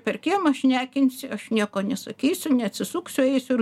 per kiemą šnekinsi aš nieko nesakysiu neatsisuksiu eisiu ir